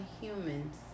humans